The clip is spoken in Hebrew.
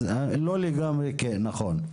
אז לא לגמרי נכון.